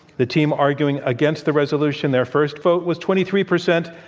the team arguing against the resolution, their first vote was twenty three percent,